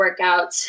workouts